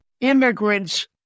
Immigrants